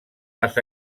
les